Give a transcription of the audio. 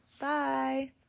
Bye